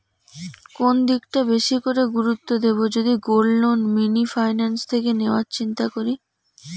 কোন দিকটা বেশি করে গুরুত্ব দেব যদি গোল্ড লোন মিনি ফাইন্যান্স থেকে নেওয়ার চিন্তা করি?